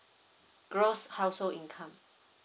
gross household income